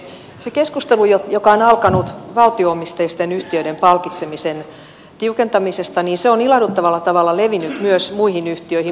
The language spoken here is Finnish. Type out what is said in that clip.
se keskustelu joka on alkanut valtio omisteisten yhtiöiden palkitsemisen tiukentamisesta on ilahduttavalla tavalla levinnyt myös muihin yhtiöihin